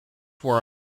were